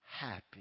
happy